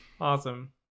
Awesome